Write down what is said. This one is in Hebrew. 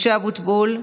משה אבוטבול,